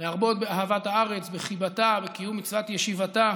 להרבות באהבת הארץ, בחיבתה, בקיום מצוות ישיבתה.